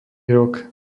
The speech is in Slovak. rok